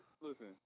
listen